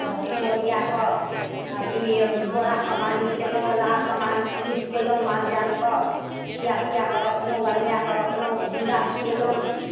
रखलहुँ ओरिया कऽ अथी बोरासँ मालिश कएलहुँ ओलासँ मालिश कएलहुँ मालजालकेँ खियाए पियाए कऽ रखलहुँ गरमाए कऽ रखलहुँ गुण्डा खियेलहुँ